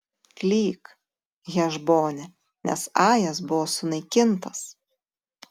klyk hešbone nes ajas buvo sunaikintas